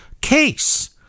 case